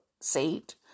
seat